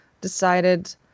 decided